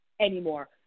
anymore